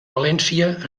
valència